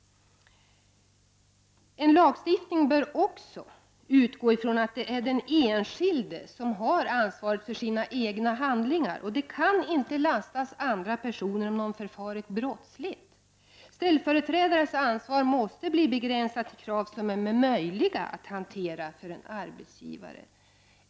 En lagstiftning bör också utgå ifrån att det är den enskilde som har ansvaret för sina handlingar. Det kan inte lastas andra personer om någon förfarit brottsligt. Ställföreträdares ansvar måste bli begränsat till krav som är möjliga att hantera för en arbetsgivare.